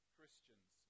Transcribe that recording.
Christians